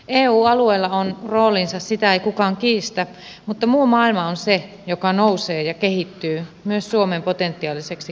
eu alueella on roolinsa sitä ei kukaan kiistä mutta muu maailma on se joka nousee ja kehittyy myös suomen potentiaaliseksi kauppakumppaniksi